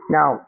Now